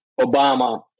Obama